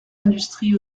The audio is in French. industries